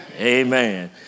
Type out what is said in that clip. Amen